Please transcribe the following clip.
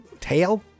tail